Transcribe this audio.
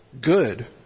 good